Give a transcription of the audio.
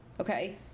okay